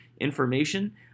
information